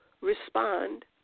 respond